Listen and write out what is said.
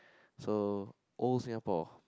so old Singapore